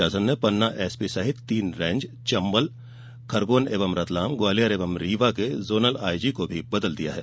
शासन ने पन्ना एसपी सहित तीन रेंज चंबल खरगोन व रतलाम ग्वालियर व रीवा के जोनल आईजी को भी बदल दिया है